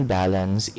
balance